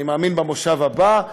אני מאמין במושב הבא,